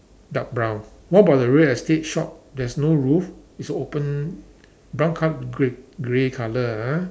dark brown what about the real estate shop there's no roof it's open brown colour grey grey colour ah